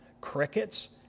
crickets